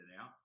out